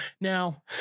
now